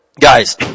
guys